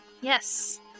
yes